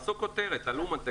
תעשו כותרת על אומן.